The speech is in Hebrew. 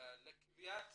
לקביעת